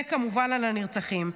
וכמובן על הנרצחים.